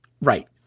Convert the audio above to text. Right